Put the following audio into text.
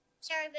Sorry